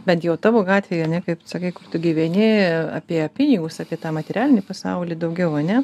bent jau tavo gatvėje ane kaip tu sakai kur tu gyveni apie pinigus apie tą materialinį pasaulį daugiau ane